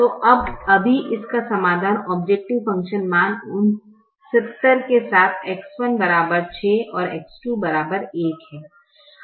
तो अभी इसका समाधान औब्जैकटिव फ़ंक्शन मान 69 के साथ X1 6 X2 1 है